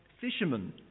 fishermen